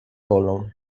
bolą